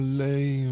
lay